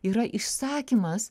yra išsakymas